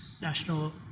National